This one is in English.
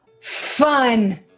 Fun